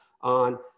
on